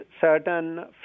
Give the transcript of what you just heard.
certain